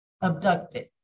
abducted